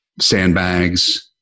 sandbags